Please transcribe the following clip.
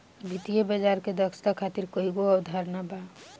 वित्तीय बाजार के दक्षता खातिर कईगो अवधारणा बा